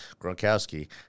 Gronkowski